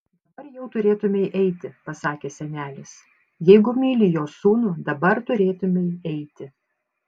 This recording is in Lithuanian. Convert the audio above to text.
dabar jau turėtumei eiti pasakė senelis jeigu myli jo sūnų dabar turėtumei eiti